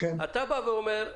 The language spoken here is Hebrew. אתה בא ואומר: